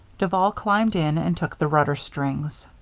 duval climbed in and took the rudder strings.